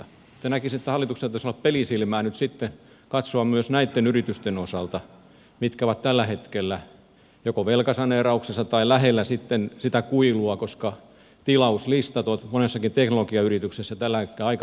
mutta näkisin että hallituksella pitäisi olla pelisilmää nyt sitten katsoa myös näitten yritysten osalta mitkä ovat tällä hetkellä joko velkasaneerauksessa tai lähellä sitten sitä kuilua koska tilauslistat ovat monessakin teknologiayrityksessä tällä hetkellä aika hiljaisia